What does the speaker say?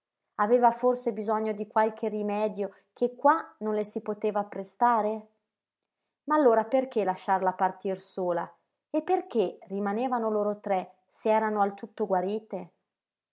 aveva forse bisogno di qualche rimedio che qua non le si poteva apprestare ma allora perché lasciarla partir sola e perché rimanevano loro tre se erano al tutto guarite